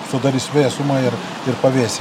sudarys vėsumą ir ir pavėsį